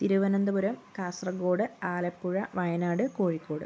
Thiruvananthapuram Kasaragod Alappuzha Wayanad Kozhikode